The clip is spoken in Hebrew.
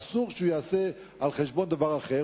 אסור שהוא ייעשה על חשבון דבר אחר.